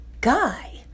guy